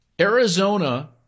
Arizona